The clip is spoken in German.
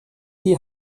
die